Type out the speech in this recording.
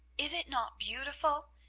is it not beautiful?